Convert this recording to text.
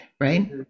right